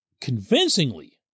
convincingly